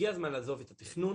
הגיע הזמן לעזוב את התכנון